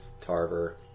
Tarver